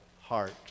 heart